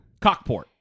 Cockport